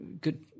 good